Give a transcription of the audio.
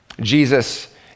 Jesus